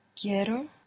Quiero